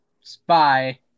spy